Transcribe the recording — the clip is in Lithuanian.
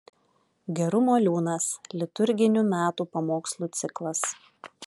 gerumo liūnas liturginių metų pamokslų ciklas